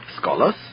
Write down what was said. scholars